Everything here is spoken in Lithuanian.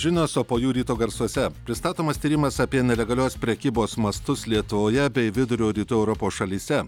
žinios o po jų ryto garsuose pristatomas tyrimas apie nelegalios prekybos mastus lietuvoje bei vidurio rytų europos šalyse